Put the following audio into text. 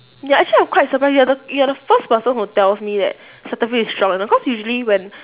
ya actually I'm quite surprised you're the you're the first person who tells me that cetaphil is strong you know cause usually when